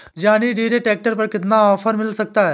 John Deere tractor पर कितना offer मिल सकता है?